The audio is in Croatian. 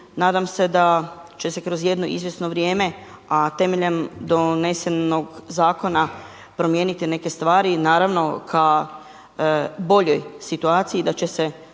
Nadam se da će se kroz jedno izvjesno vrijeme, a temeljem donesenog zakona promijeniti neke stvari i naravno ka boljoj situaciji da će se